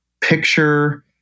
picture